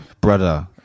Brother